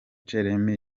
jeremie